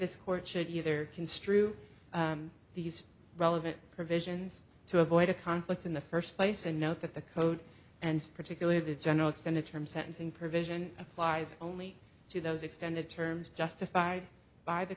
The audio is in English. this court should either construe these relevant provisions to avoid a conflict in the first place and note that the code and particularly the general extended term sentencing provision applies only to those extended terms justified by the